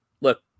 look